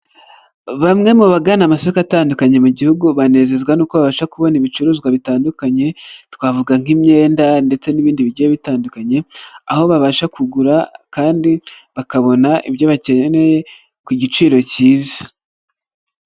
Bamwe mu bagana amasosako atandukanye mu gihugu, banezezwa nuko babasha kubona ibicuruzwa bitandukanye, twavuga nk'imyenda ndetse n'ibindi bigiye bitandukanye, aho babasha kugura kandi bakabona ibyo bakeneye, ku giciro kiza.